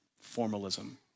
formalism